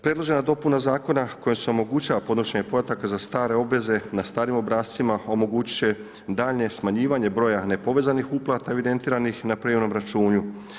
Predložena dopuna zakona kojom se omogućava podnošenje podataka za stare obveze na starim obrascima omogućit će daljnje smanjivanje broja nepovezanih uplata evidentiranih na privremenom računu.